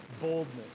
boldness